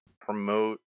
promote